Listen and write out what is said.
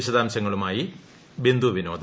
വിശദാംശങ്ങളുമായി ബിന്ദു ്വിനോദ്